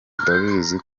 ndabizi